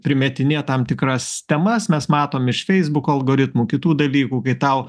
primetinėt tam tikras temas mes matom iš feisbuko algoritmų kitų dalykų kai tau